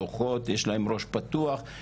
יש להן ראש פתוח,